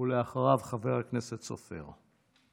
אחריו, חבר הכנסת סופר.